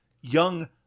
young